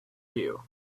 you